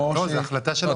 לא, זו החלטה של האופוזיציה.